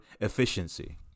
efficiency